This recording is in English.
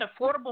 affordable